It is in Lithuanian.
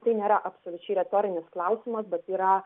tai nėra absoliučiai retorinis klausimas bet yra